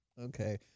Okay